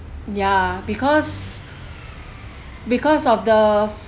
ya because because of the